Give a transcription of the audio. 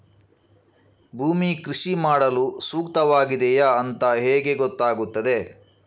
ಭೂಮಿ ಕೃಷಿ ಮಾಡಲು ಸೂಕ್ತವಾಗಿದೆಯಾ ಅಂತ ಹೇಗೆ ಗೊತ್ತಾಗುತ್ತದೆ?